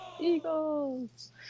Eagles